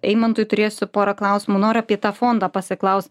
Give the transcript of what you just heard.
eimantui turėsiu porą klausimų noriu apie tą fondą pasiklaust